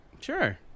Sure